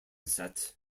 set